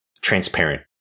transparent